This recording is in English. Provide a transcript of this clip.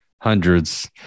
hundreds